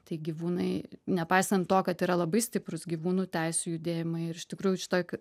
tai gyvūnai nepaisant to kad yra labai stiprūs gyvūnų teisių judėjimai ir iš tikrųjų šitoj